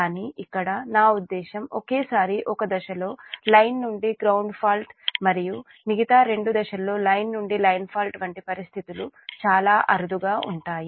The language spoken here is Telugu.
కానీ ఇక్కడ నా ఉద్దేశం ఒకేసారి ఒక దశ లో లైన్ నుండి గ్రౌండ్ ఫాల్ట్ మరి మిగతా రెండు దశల్లో లైన్ నుండి లైన్ ఫాల్ట్ వంటి పరిస్థితులు చాలా అరుదుగా ఉంటాయి